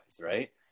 right